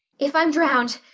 if i'm. drowned.